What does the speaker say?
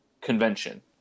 convention